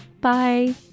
Bye